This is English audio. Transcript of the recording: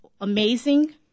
amazing